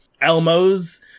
Elmo's